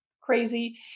crazy